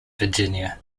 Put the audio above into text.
virginia